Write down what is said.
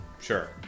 Sure